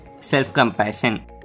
self-compassion